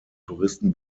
touristen